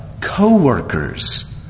co-workers